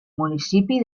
municipi